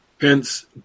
Hence